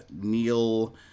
Neil